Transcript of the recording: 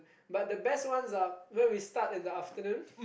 but the best ones are where we start in the afternoon